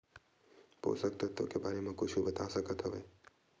पोषक तत्व के बारे मा कुछु बता सकत हवय?